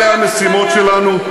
אלה המשימות שלנו,